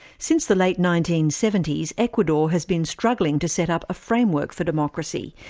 since the late nineteen seventy s, ecuador has been struggling to set up a framework for democracy.